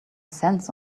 cents